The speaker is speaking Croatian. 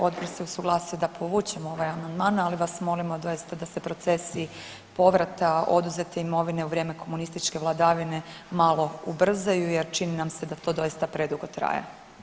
Odbor se usuglasio da povučemo ovaj amandman, ali vas molimo doista da se procesi povrata oduzete imovine u vrijeme komunističke vladavine malo ubrzaju jer čini nam se da to doista predugo traje.